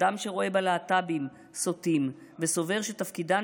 אדם שרואה בלהט"בים סוטים וסובר שתפקידן